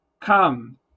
come